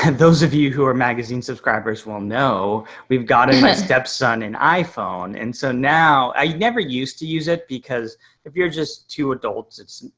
and those of you who are magazine subscribers will know we've gotten my stepson an iphone. and so now, i never used to use it, because if you're just two adults, it's,